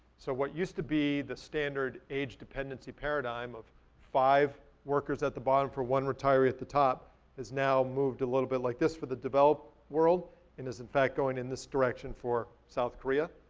so what used to be the standard age dependency paradigm of five workers at the bottom for one retiree at the top has now moved a little bit like this for the developed world and is in fact going in this direction for south korea,